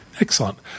Excellent